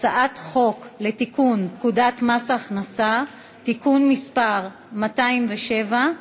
הצעת חוק לתיקון פקודת מס הכנסה (מס' 207),